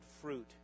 fruit